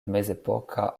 mezepoka